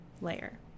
layer